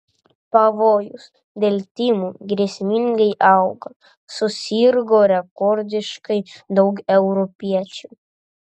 pavojus dėl tymų grėsmingai auga susirgo rekordiškai daug europiečių